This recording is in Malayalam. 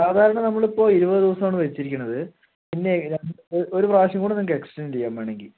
സാധാരണ നമ്മളിപ്പോൾ ഇരുപത് ദിവസമാണ് വച്ചിരിക്കണത് പിന്നെ ഒരു പ്രാവശ്യം കൂടി നിങ്ങൾക്ക് എക്സ്റ്റൻഡ് ചെയ്യാം വേണമെങ്കിൽ